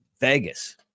Vegas